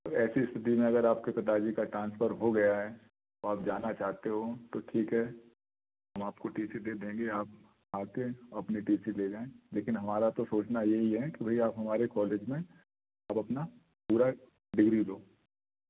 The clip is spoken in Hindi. ऐसी स्थिति में अगर आपके पिताजी का ट्रांसफर हो गया है और जाना चाहते हो तो ठीक है हम आपको टी सी दे देंगे आप आ कर अपने टी सी ले लेना लेकिन हमारा तो सोचना यही है कि भाई आप हमारे कॉलेज में अब अपना पूरा डिग्री दो